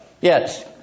Yes